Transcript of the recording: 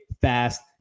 fast